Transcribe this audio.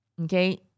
okay